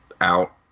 out